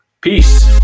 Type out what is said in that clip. Peace